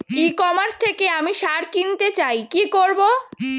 ই commerce থেকে আমি সার কিনতে চাই কি করব?